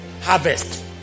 harvest